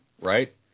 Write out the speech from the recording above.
right